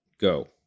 go